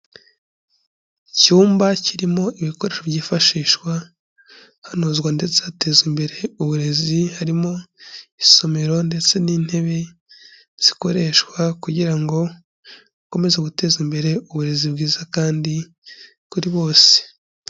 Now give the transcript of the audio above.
Icyumba kirimo ibikoresho byifashishwa hanozwa ndetse hatezwa imbere uburezi, harimo isomero ndetse n'intebe zikoreshwa kugirango ngo bakomeze guteza imbere uburezi bwiza, kandi kuri bose.